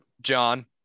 John